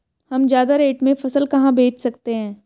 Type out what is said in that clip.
हम ज्यादा रेट में फसल कहाँ बेच सकते हैं?